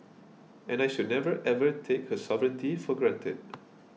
and I should never ever take her sovereignty for granted